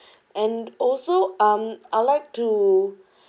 and also um I would like to